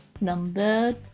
Number